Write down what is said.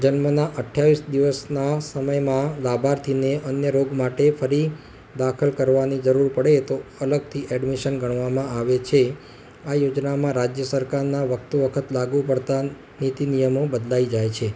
જન્મના અઠ્ઠાવીસ દિવસના સમયમાં લાભાર્થીને અન્ય રોગ માટે ફરી દાખલ કરવાની જરૂર પડે તો અલગથી એડમિશન ગણવામાં આવે છે આ યોજનામાં રાજ્ય સરકારનાં વખતો વખત લાગું પડતાં નીતિ નિયમો બદલાઈ જાય છે